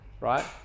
right